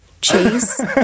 cheese